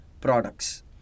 products